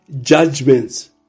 judgments